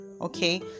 Okay